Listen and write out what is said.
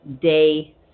day